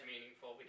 meaningful